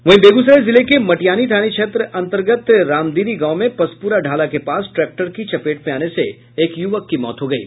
वहीं बेगूसराय जिले के मटिहानी थाना क्षेत्र अंतर्गत रामदीरी गांव में पसपुरा ढाला के पास ट्रैक्टर की चपेट में आने से एक युवक की मौत हो गयी